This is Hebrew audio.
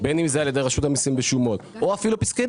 בין אם זה על ידי רשות המיסים ושומות או אפילו פסקי